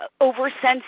oversensitive